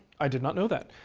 i did not know that.